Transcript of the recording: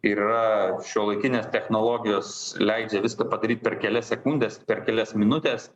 ir yra šiuolaikinės technologijos leidžia viską padaryt per kelias sekundes per kelias minutes